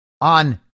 on